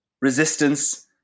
resistance